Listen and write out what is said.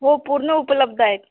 हो पूर्ण उपलब्ध आहेत